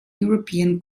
european